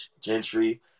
Gentry